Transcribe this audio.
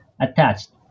attached